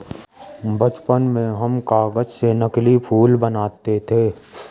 बचपन में हम कागज से नकली फूल बनाते थे